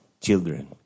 children